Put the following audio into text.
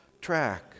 track